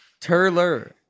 Turler